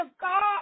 God